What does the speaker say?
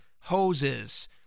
hoses